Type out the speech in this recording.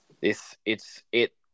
this—it's—it